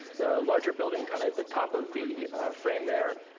the larger building kind of at the top of the frame there,